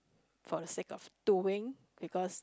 for the sick of doing because